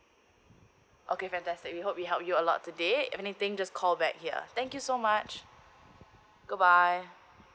okay fantastic we hope we help you a lot today if anything just call back here thank you so much good bye